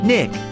Nick